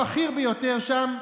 הבכיר ביותר שם,